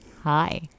Hi